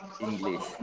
english